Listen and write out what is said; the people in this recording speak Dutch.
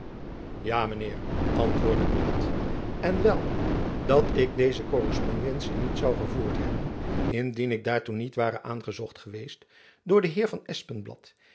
mijn heer antwoordde buat en wel dat ik deze korrespondentie niet zoû gevoerd hebben indien ik daartoe niet ware aangezocht geweest door den heer van